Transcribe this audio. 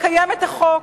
לקיים את החוק?